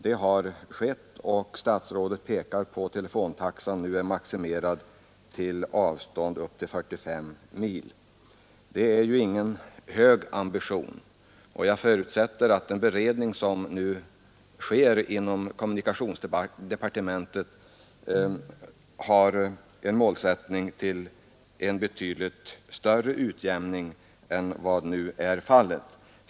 Det har skett, och statsrådet pekar på att telefontaxan nu är maximerad på avstånd över 45 mil. Det är ju ingen hög ambition. Jag förutsätter att den beredning som sker inom kommunikationsdepartementet har till målsättning en betydligt större utjämning.